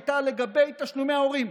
הייתה לגבי תשלומי הורים.